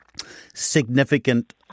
significant